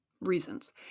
reasons